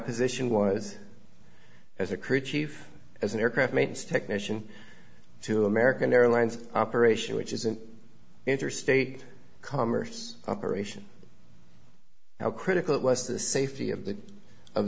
position was as a crew chief as an aircraft means technician to american airlines operation which is an interstate commerce operation how critical was the safety of the of